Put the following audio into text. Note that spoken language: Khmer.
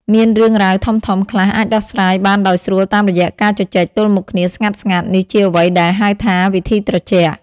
មានរឿងរ៉ាវធំៗខ្លះអាចដោះស្រាយបានដោយស្រួលតាមរយៈការជជែកទល់មុខគ្នាស្ងាត់ៗ នេះជាអ្វីដែល ហៅថា វិធីត្រជាក់